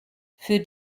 für